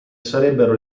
sarebbero